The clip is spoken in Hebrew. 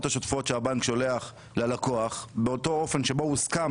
השוטפות שהבנק שולח ללקוח באותו אופן שבו הוסכם